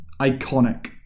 iconic